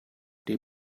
they